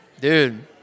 Dude